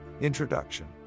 Introduction